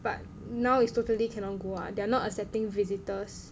but now is totally cannot go ah they are not accepting visitors